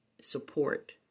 support